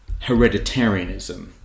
hereditarianism